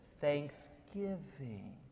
Thanksgiving